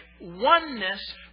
oneness